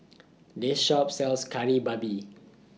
This Shop sells Kari Babi